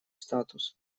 статус